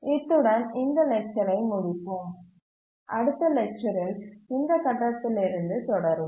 இத்துடன் இந்த லெக்சரை முடிப்போம் அடுத்த லெக்சரில் இந்த கட்டத்தில் இருந்து தொடருவோம்